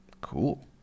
Cool